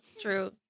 True